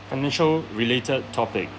financial related topic